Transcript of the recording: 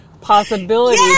possibility